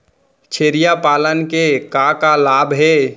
छेरिया पालन के का का लाभ हे?